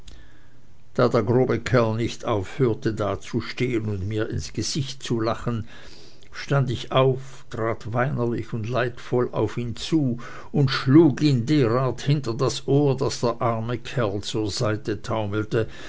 der grobe gesell nicht aufhörte dazustehen und mir ins gesicht zu lachen stand ich auf trat weinerlich und leidvoll auf ihn zu und schlug ihn dergestalt hinter das ohr daß der arme kerl zur seite taumelte